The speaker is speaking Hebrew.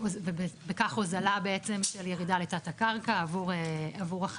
ובכך הוזלה בעצם של ירידה לתת הקרקע עבור חניות.